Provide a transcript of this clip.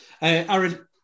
Aaron